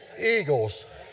eagles